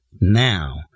now